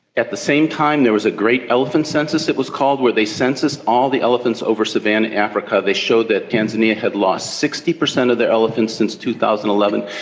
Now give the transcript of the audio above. at the same time there was a great elephant census it was called where they censused all the elephants over savannah africa, they showed that tanzania had lost sixty percent of their elephants since two thousand and eleven,